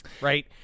Right